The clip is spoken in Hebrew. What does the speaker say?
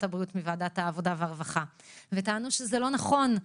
הבריאות מוועדת העבודה והרווחה וטענו שזה לא נכון,